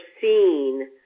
seen